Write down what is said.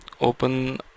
open